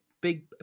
big